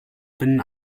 binnen